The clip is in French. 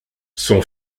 son